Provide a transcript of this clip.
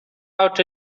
out